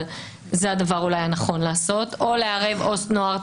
אבל אולי זה הדבר הנכון לעשות או לערב עובד סוציאלי לנוער.